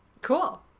Cool